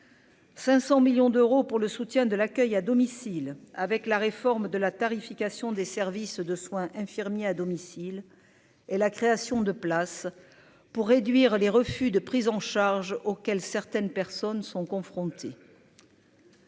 500 millions d'euros pour le soutien de l'accueil à domicile avec la réforme de la tarification des services de soins infirmiers à domicile et la création de places pour réduire les refus de prise en charge auquel certaines personnes sont confrontés.